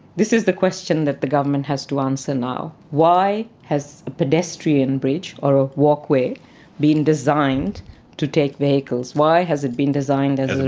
this is the question that the government has to answer now, why has a pedestrian bridge or a walkway been designed to take vehicles, why has it been designed as a road